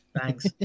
Thanks